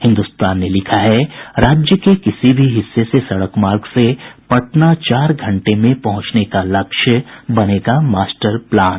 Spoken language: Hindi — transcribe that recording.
हिन्दुस्तान ने लिखा है राज्य के किसी भी हिस्से से सड़क मार्ग से पटना चार घंटे में पहुंचने का लक्ष्य बनेगा मास्टर प्लान